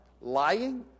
lying